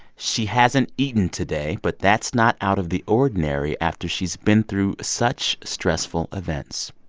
she hasn't eaten today, but that's not out of the ordinary after she's been through such stressful events.